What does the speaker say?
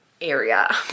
area